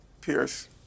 Pierce